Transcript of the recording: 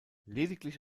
lediglich